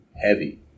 heavy